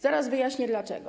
Zaraz wyjaśnię, dlaczego.